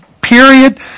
period